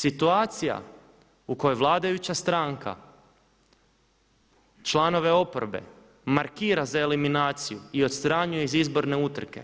Situacija u kojoj vladajuća stranka članove oporbe markira za eliminaciju i odstranjuje iz izborne utrke